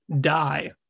die